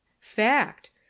fact